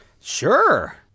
Sure